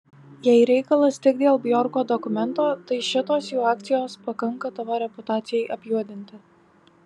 jei reikalas tik dėl bjorko dokumento tai šitos jų akcijos pakanka tavo reputacijai apjuodinti